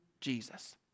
Jesus